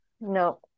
No